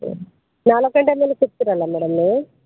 ಹಾಂ ನಾಲ್ಕು ಗಂಟೆ ಮೇಲೆ ಸಿಕ್ತೀರಲ್ಲ ಮೇಡಮ್ ನೀವು